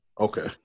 Okay